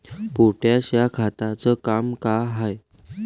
Potash या खताचं काम का हाय?